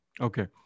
Okay